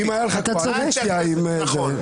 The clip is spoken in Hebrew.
נכון.